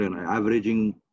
averaging